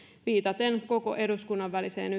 koko eduskunnan väliseen